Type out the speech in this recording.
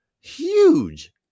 huge